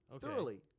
Thoroughly